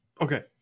okay